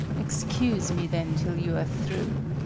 excuse me, then, till you are through.